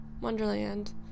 wonderland